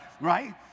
right